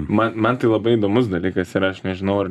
man man tai labai įdomus dalykas ir aš nežinau ar